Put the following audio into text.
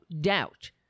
doubt